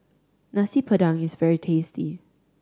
Nasi Padang is very tasty